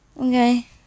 Okay